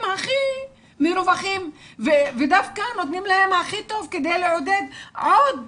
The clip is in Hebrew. הכי מרווחים ודווקא נותנים להם הכי טוב כדי לעודד עוד